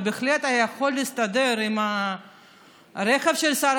ובהחלט היה יכול להסתדר עם הרכב של שר